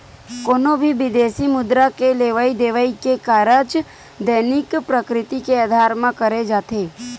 कोनो भी बिदेसी मुद्रा के लेवई देवई के कारज दैनिक प्रकृति के अधार म करे जाथे